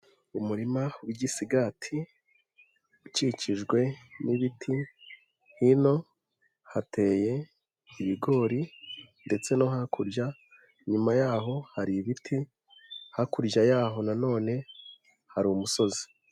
Umurima w'igisigati ukikijwe n'ibiti, hino hateye ibigori ndetse no hakurya, inyuma yaho hari ibiti, hakurya yaho nanone hari umusozi.